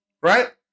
right